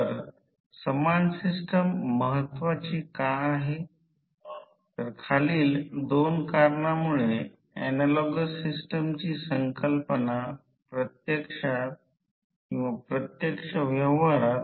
तर a 1 a 2 कमी विद्युत दाब वाइंडिंग आणि A 1 A 2 उच्च विद्युत दाब वाइंडिंग आहे